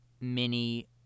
mini